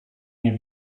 nie